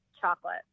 Chocolate